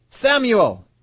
Samuel